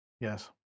Yes